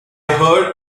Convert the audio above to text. heard